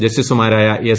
ജസ്റ്റീസ്മാരായ S